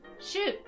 shoot